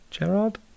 Gerard